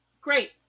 Great